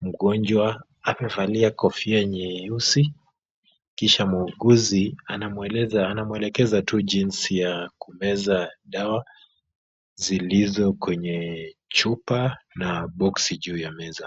mgonjwa amevalia kofia nyeusi kisha muuguzi anamweleza, anamwelekeza tu jinsi ya kumeza dawa zilizo kwenyee chupa na boksi juu ya meza